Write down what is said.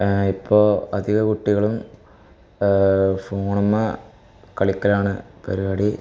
ഇപ്പോള് അധിക കുട്ടികളും ഫോണിന്മേല് കളിക്കലാണ് പരിപാടി